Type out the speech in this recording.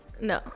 No